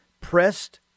pressed